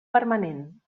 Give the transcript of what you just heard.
permanent